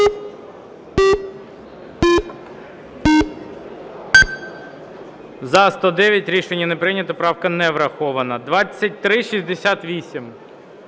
За-109 Рішення не прийнято. Правка не врахована. 2368.